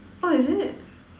orh is it